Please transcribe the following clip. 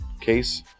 case